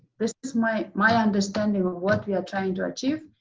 this is my my understanding of what we are trying to achieve,